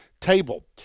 table